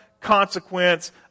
consequence